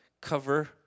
cover